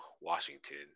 Washington